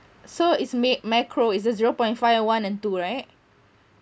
so it's made micro it's a zero point five one and two right